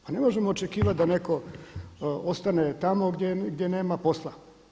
Pa ne možemo očekivat da netko ostane tamo gdje nema posla.